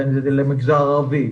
זה למגזר הערבי,